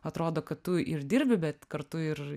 atrodo kad tu ir dirbi bet kartu ir